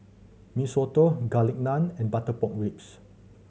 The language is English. Mee Soto Garlic Naan and butter pork ribs